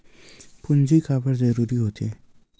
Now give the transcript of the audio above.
पूंजी का बार जरूरी हो थे?